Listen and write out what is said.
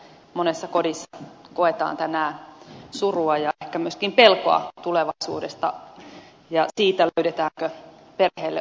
uskon että monessa kodissa koetaan tänään surua ja ehkä myöskin pelkoa tulevaisuudesta ja siitä löydetäänkö perheelle uutta työtä